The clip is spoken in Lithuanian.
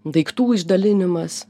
daiktų išdalinimas